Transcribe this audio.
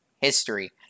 History